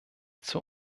zur